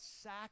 sack